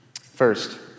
First